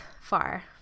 far